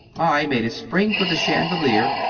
i made a spring for the chandelier,